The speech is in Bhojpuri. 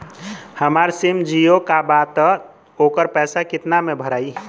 हमार सिम जीओ का बा त ओकर पैसा कितना मे भराई?